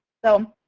so,